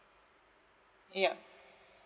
ya